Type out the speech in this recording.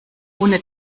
ohne